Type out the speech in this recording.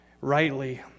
rightly